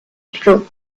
group